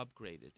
upgraded